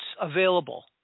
available